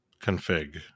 Config